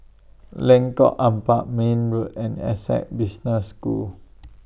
Lengkok Empat Mayne Road and Essec Business School